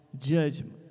judgment